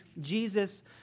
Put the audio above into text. Jesus